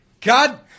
God